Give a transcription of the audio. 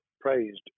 praised